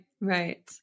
right